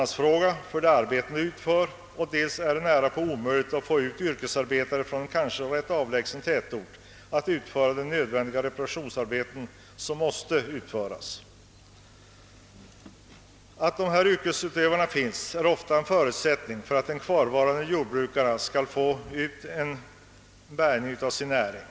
Det är nästan omöjligt att få yrkesarbetare från en kanske rätt avlägsen tätort för utförandet av de nödvändiga reparationsarbetena, och det skulle i varje fall medföra alltför höga kostnader. Dessa yrkesutövare utgör ofta en förutsättning för att de kvarvarande jordbrukarna skall kunna få någon bärgning av sin näring.